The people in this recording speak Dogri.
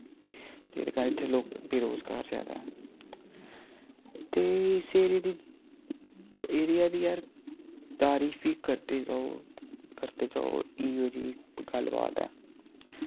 ते एह्दे कारण इत्थे लोक बेरोजगार जैदा ऐ ते इस एरिया दी एरिया दी यार तारीफ वी करदे लोक करदे जो इयो जी गल्ल बात ऐ